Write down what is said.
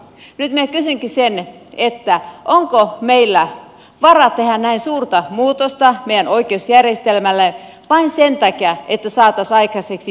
nyt minä kysynkin sitä onko meillä varaa tehdä näin suurta muutosta meidän oikeusjärjestelmälle vain sen takia että sato sai käsiksi